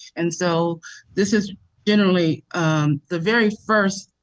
and so this is generally the very first